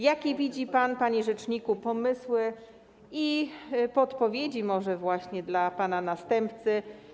Jakie widzi pan, panie rzeczniku, pomysły i podpowiedzi może właśnie dla pana następcy?